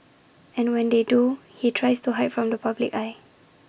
and when they do he tries to hide from the public eye